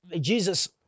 Jesus